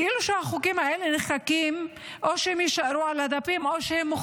כי זה כאילו שהחוקים האלה נחקקים והם יישארו על הדפים,